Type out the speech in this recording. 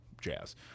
Jazz